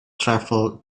travelled